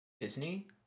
Disney